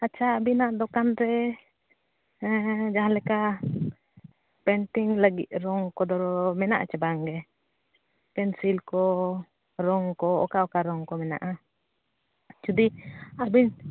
ᱟᱪᱪᱷᱟ ᱟᱹᱵᱤᱱᱟᱜ ᱫᱚᱠᱟᱱ ᱨᱮ ᱡᱟᱦᱟᱸ ᱞᱮᱠᱟ ᱯᱮᱱᱴᱤᱝ ᱞᱟᱹᱜᱤᱫ ᱨᱚᱝ ᱠᱚᱫᱚ ᱢᱮᱱᱟᱜ ᱟᱥᱮ ᱵᱟᱝᱜᱮ ᱯᱮᱱᱥᱤᱞ ᱠᱚ ᱨᱚᱝ ᱠᱚ ᱚᱠᱟ ᱚᱠᱟ ᱨᱚᱝ ᱠᱚ ᱢᱮᱱᱟᱜᱼᱟ ᱡᱩᱫᱤ ᱟᱹᱵᱤᱱ